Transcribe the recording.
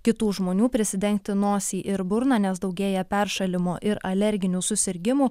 kitų žmonių prisidengti nosį ir burną nes daugėja peršalimo ir alerginių susirgimų